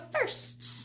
first